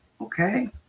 Okay